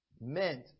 meant